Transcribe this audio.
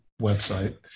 website